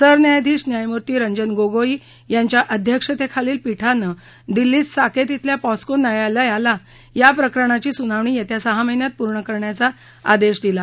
सरन्यायाधीश न्यायमूर्ती रंजन गोगोई यांच्या अध्यक्षतेखालील पीठानं दिल्लीत साकेत शिल्या पॉक्सो न्यायालयाला या प्रकरणाची सुनावणी येत्या सहा महिन्यात पूर्ण करण्याचा आदेश दिला